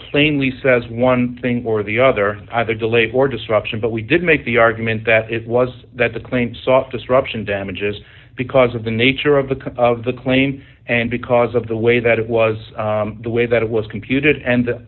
plainly says one thing or the other either delays or disruption but we did make the argument that it was that the claim soft disruption damages because of the nature of the cause of the claim and because of the way that it was the way that it was computed and the